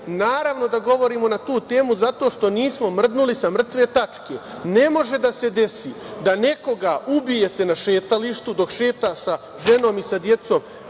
Naravno da govorimo na tu temu zato što nismo mrdnuli sa mrtve tačke. Ne može da se desi da nekoga ubijete na šetalištu dok šeta sa ženom i sa decom.